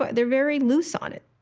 but they're very loose on it.